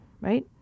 right